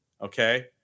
Okay